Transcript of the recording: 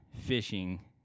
fishing